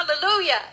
Hallelujah